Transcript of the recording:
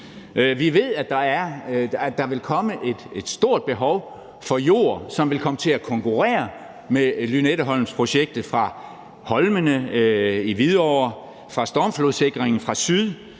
Vi ved, at der vil komme et stort behov for jord, som vil komme til at konkurrere med Lynetteholmprojektet – fra holmene i Hvidovre, fra stormflodssikringen fra syd,